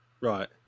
right